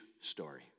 story